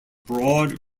broad